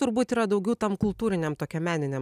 turbūt yra daugiau tam kultūriniam tokiam meniniam